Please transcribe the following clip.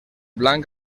blanc